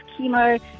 chemo